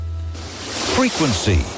Frequency